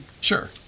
Sure